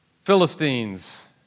Philistines